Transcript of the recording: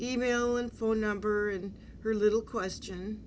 email and phone number in her little question